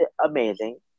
Amazing